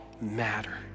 matter